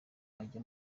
ajya